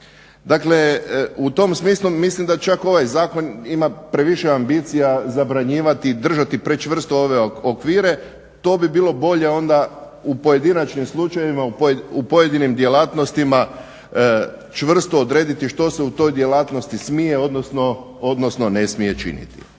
Dakle, u tom smislu mislim da čak ovaj zakon ima previše ambicija zabranjivati, držati prečvrsto ove okvire. To bi bilo bolje onda u pojedinačnim slučajevima, u pojedinim djelatnostima, čvrsto odrediti što se u toj djelatnosti smije, odnosno ne smije činiti.